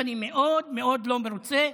ואני מאוד לא מרוצה.